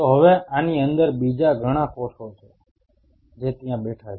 તો હવે આની અંદર બીજા ઘણા કોષો છે જે ત્યાં બેઠા છે